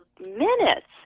minutes